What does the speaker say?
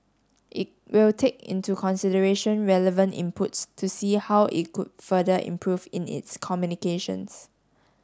it will take into consideration relevant inputs to see how it could further improve in its communications